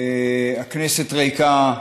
הכנסת ריקה.